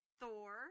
Thor